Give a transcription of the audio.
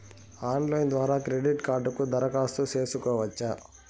Online ద్వారా credit కార్డుకు దరఖాస్తు సేసుకోవచ్చా?